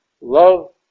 love